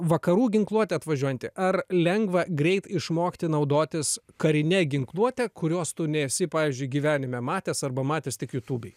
vakarų ginkluotė atvažiuojanti ar lengva greit išmokti naudotis karine ginkluote kurios tu nesi pavyzdžiui gyvenime matęs arba matęs tik jutūbėj